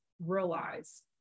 realize